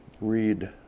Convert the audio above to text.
read